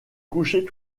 coucher